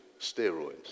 steroids